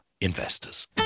Investors